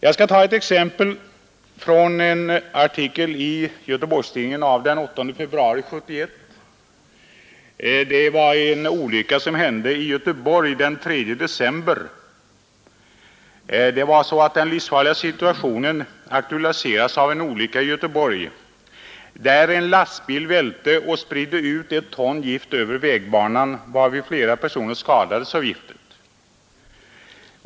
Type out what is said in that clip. Jag skall ta ett exempel från en artikel i Göteborgs-Tidningen den 8 februari 1971 om en olycka som hände i Göteborg den 3 december, när en lastbil välte och spridde ut ett ton gift över vägbanan. Flera personer skadades av giftet.